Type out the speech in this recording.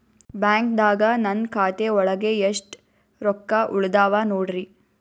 ಬ್ಯಾಂಕ್ದಾಗ ನನ್ ಖಾತೆ ಒಳಗೆ ಎಷ್ಟ್ ರೊಕ್ಕ ಉಳದಾವ ನೋಡ್ರಿ?